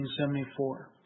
1974